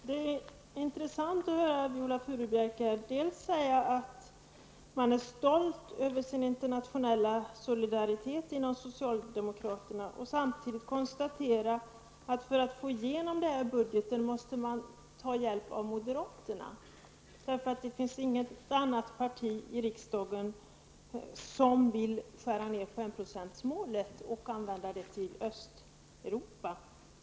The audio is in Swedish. Herr talman! Det är intressant att höra Viola Furubjelke säga att hon är stolt över den internationella solidariteten bland socialdemokraterna och samtidigt konstatera att för att få igenom budgeten måste socialdemokraterna ta hjälp från moderaterna. Det finns inget annat parti i riksdagen som vill skära ned på enprocentsmålet och använda det till Östeuropa.